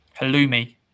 Halloumi